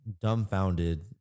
dumbfounded